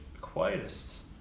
quietest